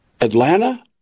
Atlanta